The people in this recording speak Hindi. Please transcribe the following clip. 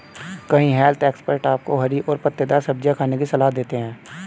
कई हेल्थ एक्सपर्ट आपको हरी और पत्तेदार सब्जियां खाने की सलाह देते हैं